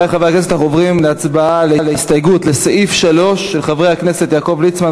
אנחנו עוברים להצבעה על ההסתייגות לסעיף 3 של חברי הכנסת יעקב ליצמן,